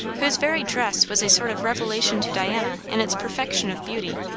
whose very dress was a sort of revelation to diana in its perfection of beauty,